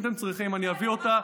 אם אתם צריכים, אני אביא אותה במיוחד.